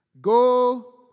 Go